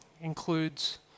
includes